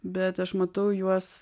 bet aš matau juos